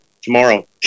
Tomorrow